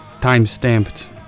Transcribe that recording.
time-stamped